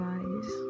Eyes